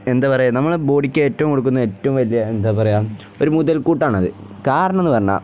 എന്താണ് പറയുക നമ്മളെ ബോഡിക്ക് ഏറ്റവും കൊടുക്കുന്ന ഏറ്റവും വലിയ എന്താണ് പറയുക ഒരു മുതൽ കൂട്ടാണ് അത് കാരണം എന്ന് പറഞ്ഞാൽ